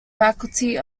faculty